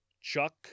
Chuck